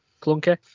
clunky